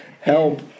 Help